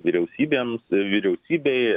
vyriausybėms vyriausybei